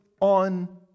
on